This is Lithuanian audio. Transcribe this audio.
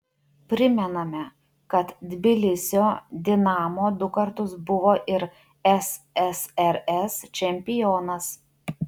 primename kad tbilisio dinamo du kartus buvo ir ssrs čempionas